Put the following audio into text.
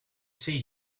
see